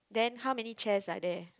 then how many chairs are there